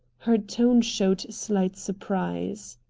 her tone showed slight surprise.